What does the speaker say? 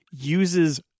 uses